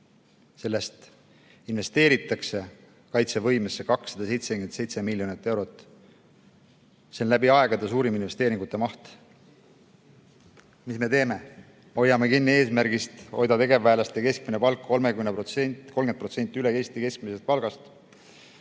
Sellest investeeritakse kaitsevõimesse 277 miljonit eurot. See on läbi aegade suurim investeeringute maht. Mida me teeme? Hoiame kinni eesmärgist hoida tegevväelaste keskmine palk 30% üle Eesti keskmise palga,